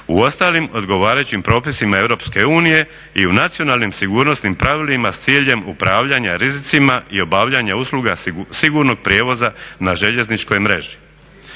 u ostalim odgovarajućim propisima Europske unije i u nacionalnim sigurnosnim pravilima s ciljem upravljanja rizicima i obavljanja usluga sigurnog prijevoza na željezničkoj mreži.